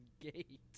gate